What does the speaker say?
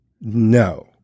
No